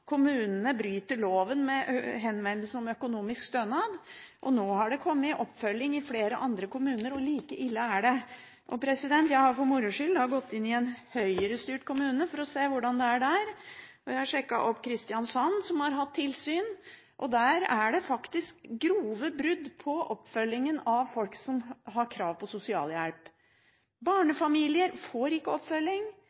bryter loven med henvendelse om økonomisk stønad» – og nå har det kommet oppfølging i flere andre kommuner. Det er like ille. Jeg har for moro skyld gått inn i en høyrestyrt kommune for å se hvordan det er der. Jeg sjekket opp Kristiansand, som har hatt tilsyn, og der er det faktisk grove brudd på oppfølgingen av folk som har krav på sosialhjelp.